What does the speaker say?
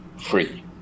free